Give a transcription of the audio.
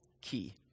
key